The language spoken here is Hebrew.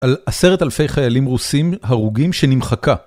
על עשרת אלפי חיילים רוסים הרוגים שנמחקה.